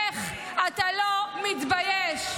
איך אתה לא מתבייש?